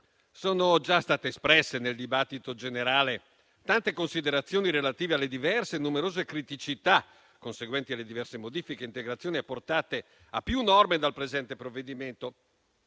Sono già state espresse, nel dibattito generale, tante considerazioni relative alle diverse e numerose criticità conseguenti alle diverse modifiche e integrazioni apportate a più norme dal presente provvedimento.